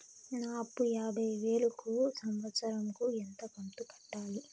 నా అప్పు యాభై వేలు కు సంవత్సరం కు ఎంత కంతు కట్టాలి?